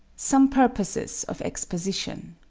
some purposes of exposition